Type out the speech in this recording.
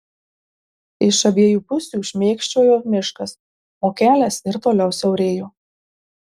iš abiejų pusių šmėkščiojo miškas o kelias ir toliau siaurėjo